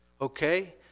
Okay